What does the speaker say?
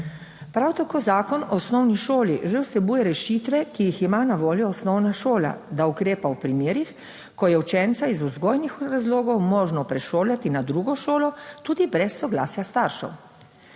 Prav tako Zakon o osnovni šoli že vsebuje rešitve, ki jih ima na voljo osnovna šola, da ukrepa v primerih, ko je učenca iz vzgojnih razlogov možno prešolati na drugo šolo, tudi brez soglasja staršev.